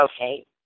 Okay